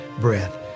breath